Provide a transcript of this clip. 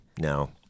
No